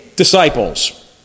Disciples